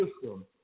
system